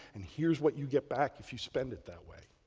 and here's what you'd get back if you spend it that way.